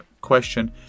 question